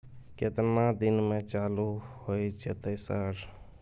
केतना दिन में चालू होय जेतै सर?